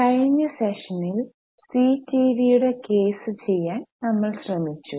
കഴിഞ്ഞ സെഷനിൽ സീ ടിവിയിയുടെ കേസ് ചെയ്യാൻ ഞങ്ങൾ ശ്രമിച്ചു